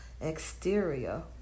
exterior